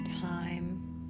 time